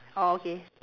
orh okay